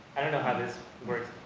i don't know how this works,